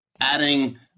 adding